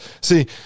See